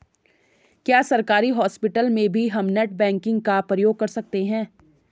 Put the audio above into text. क्या सरकारी हॉस्पिटल में भी हम नेट बैंकिंग का प्रयोग कर सकते हैं?